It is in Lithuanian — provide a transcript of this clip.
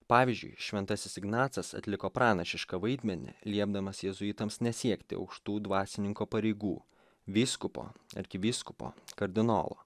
pavyzdžiui šventasis ignacas atliko pranašišką vaidmenį liepdamas jėzuitams nesiekti aukštų dvasininko pareigų vyskupo arkivyskupo kardinolo